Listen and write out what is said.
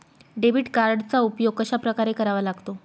Debit कार्डचा उपयोग कशाप्रकारे करावा लागतो?